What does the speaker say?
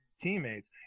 teammates